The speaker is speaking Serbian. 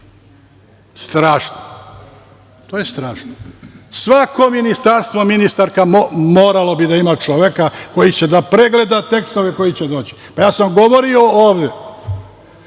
Strašno. To je strašno. Svako ministarstvo, ministarka, moralo bi da ima čoveka koji će da pregleda tekstove koji će doći. Ovde sam ja govorio kad je